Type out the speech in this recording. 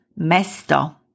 mesto